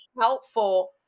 helpful